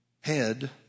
head